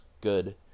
good